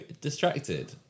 distracted